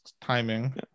Timing